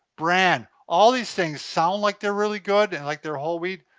bran, all these things sound like they're really good and like they're whole wheat,